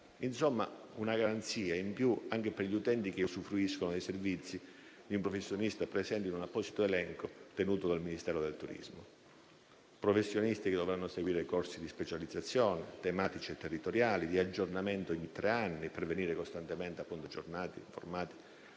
Insomma, c'è una garanzia in più, anche per gli utenti che usufruiscono dei servizi di un professionista presente in un apposito elenco tenuto dal Ministero del turismo. Tali professionisti dovranno seguire corsi di specializzazione, tematici e territoriali, e di aggiornamento ogni tre anni, per venire costantemente aggiornati e informati